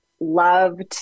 loved